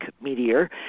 meteor